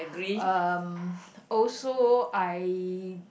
um also I